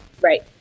Right